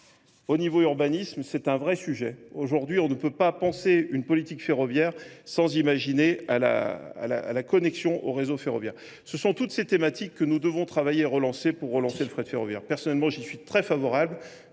Au niveau urbanisme, c'est un vrai sujet. Aujourd'hui, on ne peut pas penser une politique ferroviaire sans imaginer la connexion au réseau ferroviaire. Ce sont toutes ces thématiques que nous devons travailler et relancer pour relancer le frais de ferroviaire. Personnellement, j'y suis très favorable,